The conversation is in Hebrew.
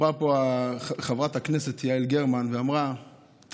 דיברה פה חברת הכנסת יעל גרמן על תקציבים,